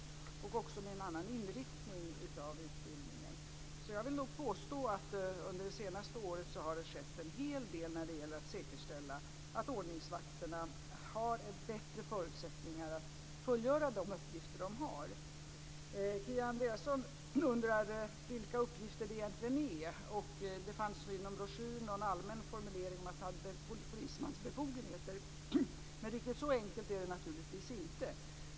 Det är också en annan inriktning på utbildningen. Jag vill nog påstå att det under det senaste året har skett en hel del när det gäller att säkerställa att ordningsvakterna har bättre förutsättningar att fullgöra de uppgifter de har. Kia Andreasson undrar vilka uppgifter det egentligen är. Det fanns i någon broschyr en allmän formulering om polismans befogenheter, men riktigt så enkelt är det naturligtvis inte.